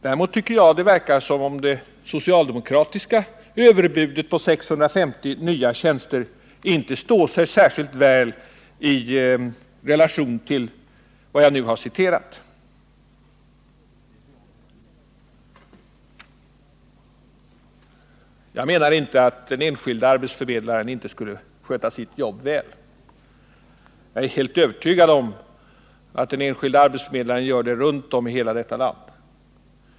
Däremot tycker jag att det verkar som om det socialdemokratiska överbudet på 650 nya tjänster inte står sig särskilt väl i relation till vad jag nu har citerat. Jag menar inte att den enskilde arbetsförmedlaren inte skulle sköta sitt jobb väl. Det är jag helt övertygad om att den enskilde arbetsförmedlaren gör runt om i hela vårt land.